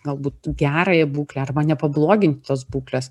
galbūt gerąją būklę arba nepabloginti tos būklės